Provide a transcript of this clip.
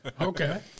Okay